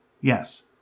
Yes